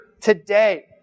today